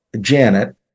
Janet